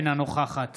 אינה נוכחת